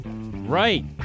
Right